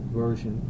version